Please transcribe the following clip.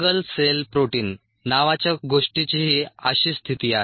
single cell protein नावाच्या गोष्टीचीही अशीच स्थिती आहे